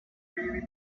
really